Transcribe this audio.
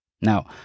Now